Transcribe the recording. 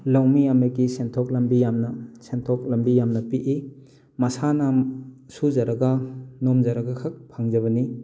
ꯂꯧꯃꯤ ꯑꯃꯒꯤ ꯁꯦꯟꯊꯣꯛ ꯂꯝꯕꯤ ꯌꯥꯝꯅ ꯁꯦꯟꯊꯣꯛ ꯂꯝꯕꯤ ꯌꯥꯝꯅ ꯄꯤꯛꯏ ꯃꯁꯥꯅ ꯁꯨꯖꯔꯒ ꯅꯣꯝꯖꯔꯒ ꯈꯛ ꯐꯪꯖꯕꯅꯤ